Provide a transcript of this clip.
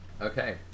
Okay